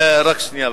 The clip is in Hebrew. רק שנייה,